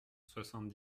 soixante